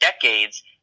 decades